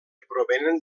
provenen